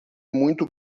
muito